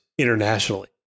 Internationally